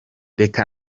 reka